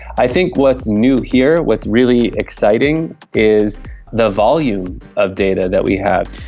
i think what's new here, what's really exciting, is the volume of data that we have.